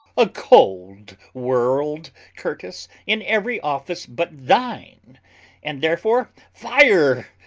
a cold world, curtis, in every office but thine and therefore fire.